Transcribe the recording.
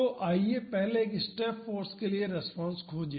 तो आइए पहले एक स्टेप फाॅर्स के कारण रिस्पांस खोजें